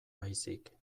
baizik